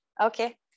okay